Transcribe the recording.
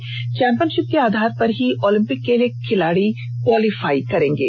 इस चैंपियनषिप के आधार पर ही ओलिंपिक के लिए खिलाड़ी क्वालीफाई करेंगे